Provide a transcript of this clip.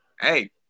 Hey